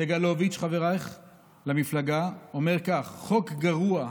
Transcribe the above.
סגלוביץ', חברך למפלגה, אומר כך: "חוק גרוע,